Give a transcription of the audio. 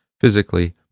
physically